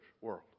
world